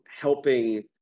helping